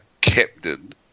captain